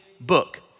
book